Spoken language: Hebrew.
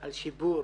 על שיפור